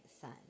sun